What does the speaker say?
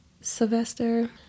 Sylvester